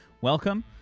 Welcome